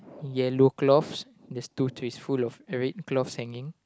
yellow cloths there's tress full of cloths hanging